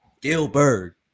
Gilbert